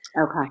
okay